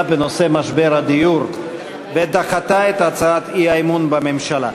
בנושא משבר הדיור ודחתה את הצעת האי-אמון בממשלה.